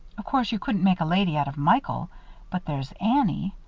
of course you couldn't make a lady out of michael but there's annie.